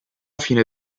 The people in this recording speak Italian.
fine